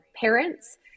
parents